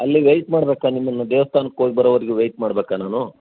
ಅಲ್ಲಿ ವೇಯ್ಟ್ ಮಾಡಬೇಕಾ ನಿಮ್ಮನ್ನು ದೇವಸ್ಥಾನಕ್ಕೆ ಹೋಗ್ ಬರೋವರೆಗು ವೇಯ್ಟ್ ಮಾಡಬೇಕಾ ನಾನು